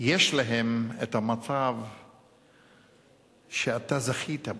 יש להם המצב שאתה זכית בו.